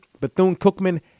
Bethune-Cookman